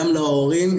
גם להורים,